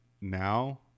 now